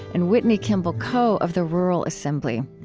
and whitney kimball coe of the rural assembly.